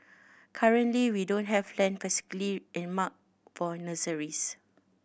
currently we don't have land specifically earmarked for nurseries